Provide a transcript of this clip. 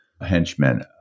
henchmen